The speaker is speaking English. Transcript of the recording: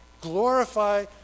glorify